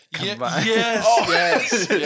Yes